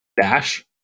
dash